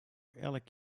elk